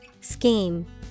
Scheme